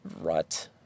rut